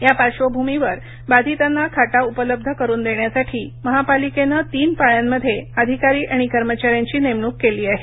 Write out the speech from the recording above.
या पार्श्वभूमीवर बाधितांना खाटा उपलब्ध करून देण्यासाठी महापालिकेने तीन पाळ्यांमध्ये अधिकारी आणि कर्मचाऱ्यांची नेमणूक केली आहे